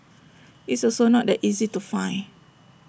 it's also not that easy to find